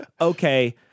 okay